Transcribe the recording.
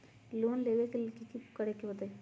Loan लेबे ला की कि करे के होतई?